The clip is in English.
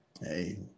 Hey